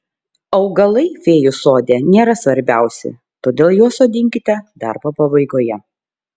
augalai fėjų sode nėra svarbiausi todėl juos sodinkite darbo pabaigoje